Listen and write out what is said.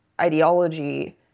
ideology